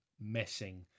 messing